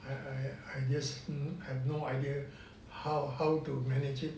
I I just have no idea how how to manage it